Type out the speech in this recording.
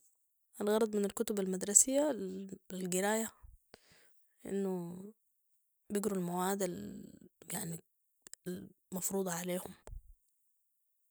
الغرض من الكتب المدرسية القراية أنو بيقروا المواد يعني المفروضة عليهم